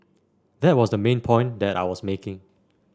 that was the main point that I was making